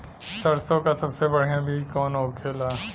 सरसों का सबसे बढ़ियां बीज कवन होखेला?